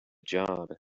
job